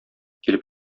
килеп